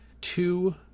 two